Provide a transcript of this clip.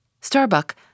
Starbuck